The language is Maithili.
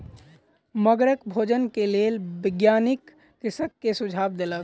मगरक भोजन के लेल वैज्ञानिक कृषक के सुझाव देलक